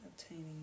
obtaining